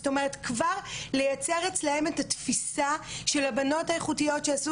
זאת אומרת כבר לייצר אצלן את התפיסה של הבנות האיכותיות שעשו